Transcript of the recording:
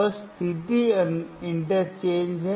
बस स्थिति इंटरचेंज करें